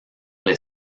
les